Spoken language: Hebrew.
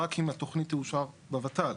רק אם התוכנית תאושר בות"ל.